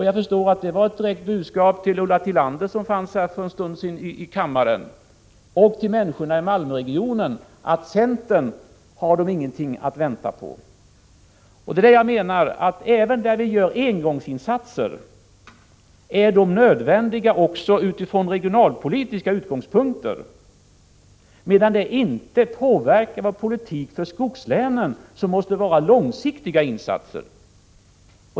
Jag förstår att det var ett direkt budskap till Ulla Tillander, som fanns i kammaren för en stund sedan, och till människorna i Malmöregionen att de inte kan vänta sig något ifrån centern. De engångsinsatser som vi gör och som är nödvändiga också utifrån regionalpolitiska utgångspunkter påverkar inte vår politik i skogslänen, där det behövs långsiktiga insatser.